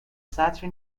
سطری